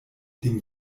dem